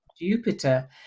jupiter